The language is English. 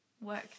work